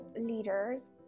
Leaders